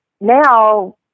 now